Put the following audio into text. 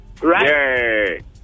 Right